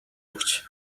өгч